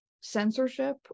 censorship